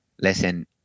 listen